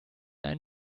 einen